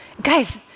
Guys